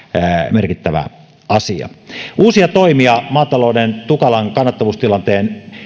merkittävä asia yksi uusista toimista maatalouden tukalan kannattavuustilanteen